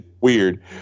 weird